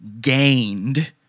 gained